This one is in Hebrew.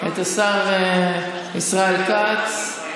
את השר ישראל כץ,